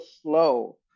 slow